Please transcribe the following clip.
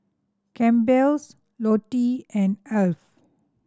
Campbell's Lotte and Alf